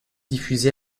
diffusé